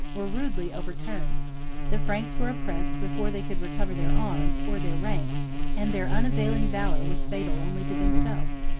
were rudely overturned the franks were oppressed before they could recover their arms, or their ranks and their unavailing valor was fatal only to themselves.